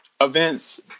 events